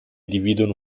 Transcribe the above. dividono